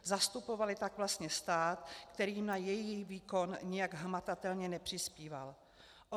Zastupovaly tak vlastně stát, který jim na jejich výkon nijak hmatatelně nepřispíval.